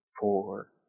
four